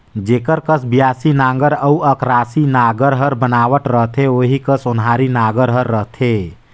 जेकर कस बियासी नांगर अउ अकरासी नागर कर बनावट रहथे ओही कस ओन्हारी नागर हर रहथे